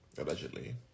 allegedly